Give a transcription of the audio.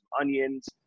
onions